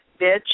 Bitch